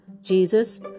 Jesus